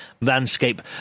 landscape